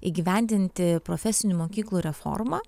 įgyvendinti profesinių mokyklų reformą